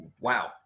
Wow